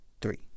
three